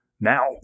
Now